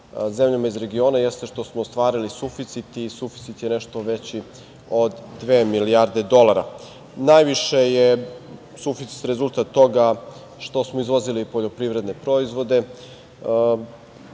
zemljama iz regiona jeste što smo ostvarili suficit i suficit je nešto veći od dve milijarde dolara. Najviše je suficit rezultat toga što smo izvozili poljoprivredne proizvode,